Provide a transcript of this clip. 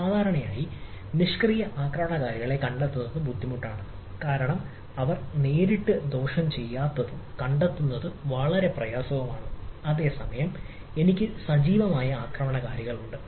സാധാരണയായി നിഷ്ക്രിയ ആക്രമണകാരികളെ കണ്ടെത്തുന്നത് ബുദ്ധിമുട്ടാണ് കാരണം അവർ നേരിട്ട് ദോഷം ചെയ്യാത്തതും കണ്ടെത്തുന്നത് വളരെ പ്രയാസവുമാണ് അതേസമയം എനിക്ക് സജീവമായ ആക്രമണകാരികളുണ്ട്